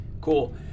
Cool